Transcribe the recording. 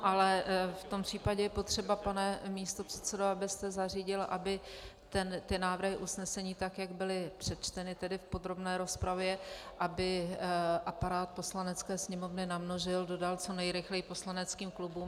Ale v tom případě je potřeba, pane místopředsedo, abyste zařídil, aby návrhy usnesení tak, jak byly přečteny v podrobné rozpravě, aparát Poslanecké sněmovny namnožil, dodal co nejrychleji poslaneckým klubům.